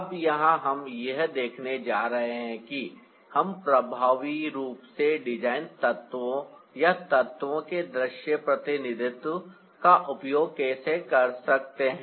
अब यहां हम यह देखने जा रहे हैं कि हम प्रभावी रूप से डिजाइन तत्वों या तत्वों के दृश्य प्रतिनिधित्व का उपयोग कैसे कर सकते हैं